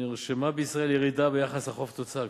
נרשמה בישראל ירידה ביחס החוב תוצר,